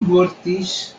mortis